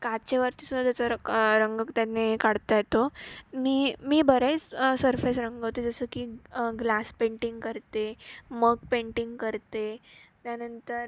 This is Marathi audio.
काचेवरतीसुद्धा त्याचा रक रंग त्याने काढता येतो मी मी बरेच सरफेस रंगवते जसं की ग्लास पेंटिंग करते मग पेंटिंग करते त्यानंतर